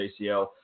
ACL